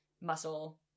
muscle